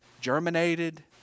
germinated